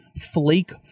flake